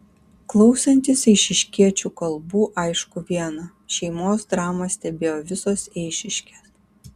klausantis eišiškiečių kalbų aišku viena šeimos dramą stebėjo visos eišiškės